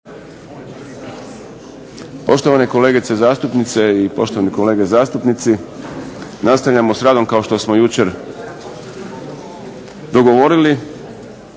Poštovane kolegice zastupnice i poštovani kolege zastupnici. Nastavljamo s radom kao što smo jučer dogovorili.